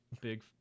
Big